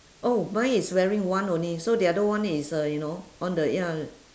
oh mine is wearing one only so the other one is uh you know on the ya